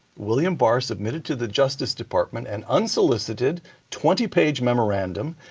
william barr submitted to the justice department an unsolicited twenty page memorandum,